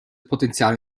potenzial